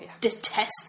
detests